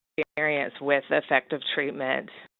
the areas with effective treatment.